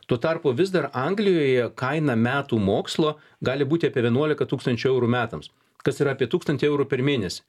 tuo tarpu vis dar anglijoje kaina metų mokslo gali būti apie vienuolika tūkstančių eurų metams kas yra apie tūkstantį eurų per mėnesį